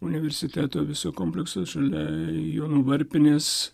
universiteto viso komplekso šalia jono varpinės